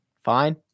fine